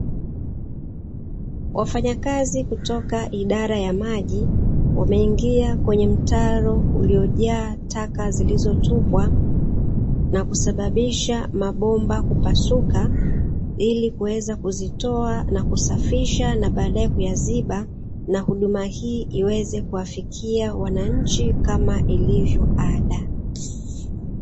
Wafanyakazi kutoka idara ya maji, wameingia kwenye mtaro uliojaa taka, zilizotupwa na kusababisha mabomba kupasuka, ili kuweza kizitoa na kusafisha na baadaye kuyaziba, na huduma hii iweze kuwafikia wananchi kama ilivyo ada.